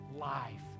life